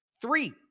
Three